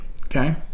okay